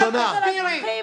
יא חוצפן אחד.